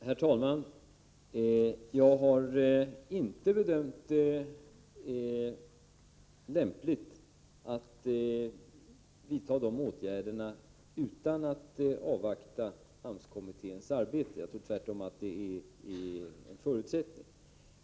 Herr talman! Jag har inte bedömt det lämpligt att vidta några åtgärder utan att avvakta AMS-kommitténs arbete — jag tror tvärtom att det är en förutsättning.